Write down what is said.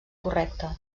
correcte